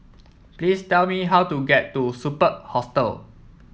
please tell me how to get to Superb Hostel